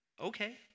okay